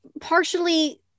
partially